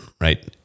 right